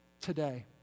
today